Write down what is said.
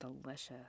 delicious